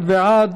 21 בעד,